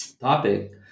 topic